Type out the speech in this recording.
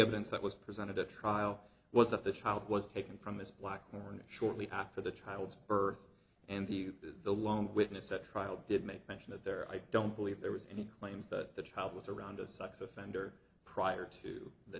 evidence that was presented at trial was that the child was taken from this black morning shortly after the child's birth and the the lone witness at trial did make mention that there i don't believe there was any claims that the child was around a sex offender prior to the